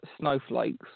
snowflakes